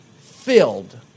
filled